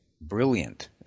brilliant